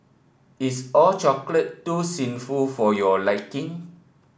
is All Chocolate too sinful for your liking